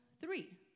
Three